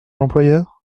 l’employeur